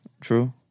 True